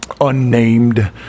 unnamed